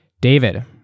David